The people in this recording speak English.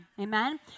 Amen